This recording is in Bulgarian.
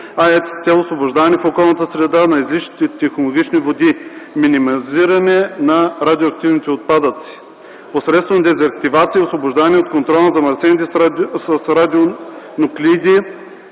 с цел освобождаване в околната среда на излишните технологични води, минимализиране на радиоактивните отпадъци посредством дезактивация и освобождаване от контрола на замърсените с радионуклиди